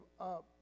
up